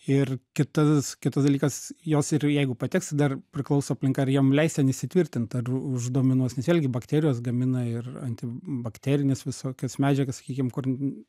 ir kitas kitas dalykas jos ir jeigu pateks tai dar priklauso aplinka ar jom leis ten įsitvirtint ar uždominuos nes vėlgi bakterijos gamina ir antibakterines visokias medžiagas sakykim kur